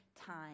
time